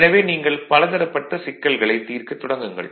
எனவே நீங்கள் பலதரப்பட்ட சிக்கல்களை தீர்க்க தொடங்குங்கள்